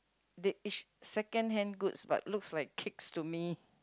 They is second hand goods but looks like cakes to me